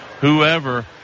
whoever